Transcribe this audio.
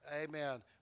amen